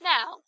Now